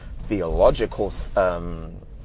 theological